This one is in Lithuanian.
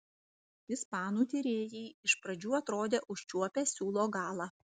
ispanų tyrėjai iš pradžių atrodė užčiuopę siūlo galą